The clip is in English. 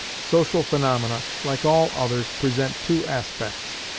social phaenomena, like all others, present two aspects,